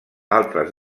altres